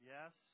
Yes